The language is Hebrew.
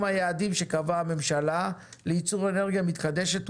היעדים שקבעה הממשלה לייצור אנרגיה מתחדשת,